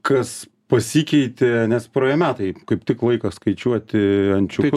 kas pasikeitė nes praėjo metai kaip tik laikas skaičiuoti ančiuku